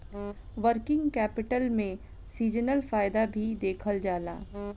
working capital में seasonal फायदा भी देखल जाला